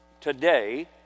today